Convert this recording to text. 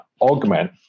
Augment